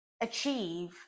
achieve